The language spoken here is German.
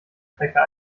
trecker